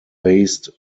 based